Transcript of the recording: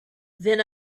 then